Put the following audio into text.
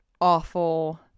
awful